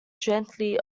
gently